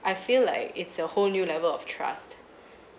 I feel like it's a whole new level of trust